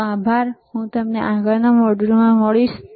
તમારો આભાર અને હું તમને આગામી મોડ્યુલમાં મળીશ